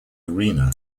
arena